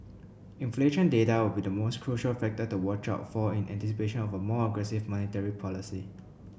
inflation data will be the most crucial factor to watch out for in anticipation of a more aggressive monetary policy